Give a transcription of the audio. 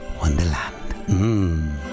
Wonderland